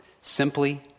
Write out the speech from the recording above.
simply